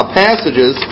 passages